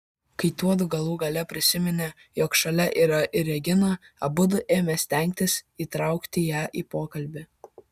kai tuodu galų gale prisiminė jog šalia yra ir regina abu ėmė stengtis įtraukti ją į pokalbį